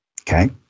okay